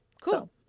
cool